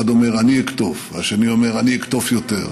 אחד אומר: אני אקטוף, השני אומר: אני אקטוף יותר,